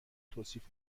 توصیف